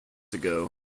ago